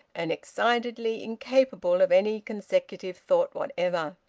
and excitedly incapable of any consecutive thought whatever.